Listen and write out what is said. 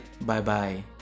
Bye-bye